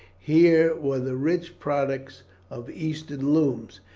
here were the rich products of eastern looms,